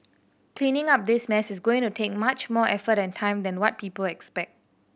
cleaning up this mess is going to take much more effort and time than what people expect